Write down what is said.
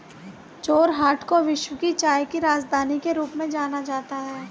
जोरहाट को विश्व की चाय की राजधानी के रूप में जाना जाता है